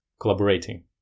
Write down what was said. collaborating